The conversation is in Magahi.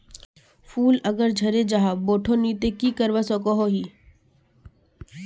फूल अगर झरे जहा बोठो नी ते की करवा सकोहो ही?